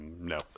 no